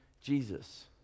Jesus